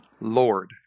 Lord